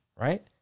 Right